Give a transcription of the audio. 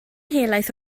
helaeth